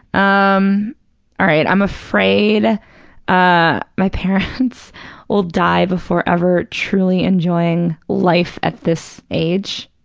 um all right, i'm afraid ah my parents will die before ever truly enjoying life at this age.